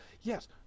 Yes